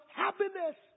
happiness